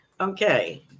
Okay